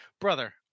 Brother